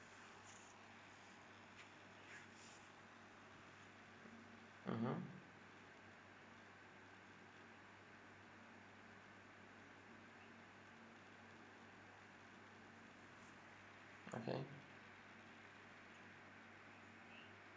mmhmm okay